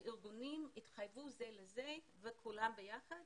הארגונים התחייבו זה לזה וכולם ביחד